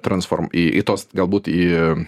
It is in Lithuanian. transform į tos galbūt į